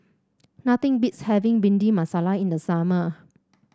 nothing beats having Bhindi Masala in the summer